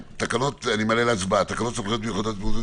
אני מעלה להצבעה את תקנות סמכויות מיוחדות להתמודדות